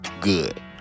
good